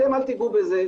אתם אל תיגעו בזה.